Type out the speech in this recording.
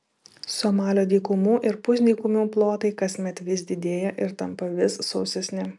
somalio dykumų ir pusdykumių plotai kasmet vis didėja ir tampa vis sausesni